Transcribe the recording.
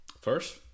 First